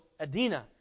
Adina